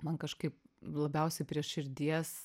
man kažkaip labiausiai prie širdies